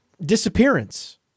disappearance